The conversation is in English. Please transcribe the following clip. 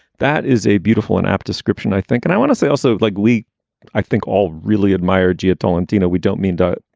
that is a beautiful and apt description, i think. and i want to say also, like we i think all really admire gia tolentino. we don't mean don't,